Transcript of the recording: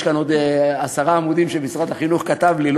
יש כאן עוד עשרה עמודים שמשרד החינוך כתב לי.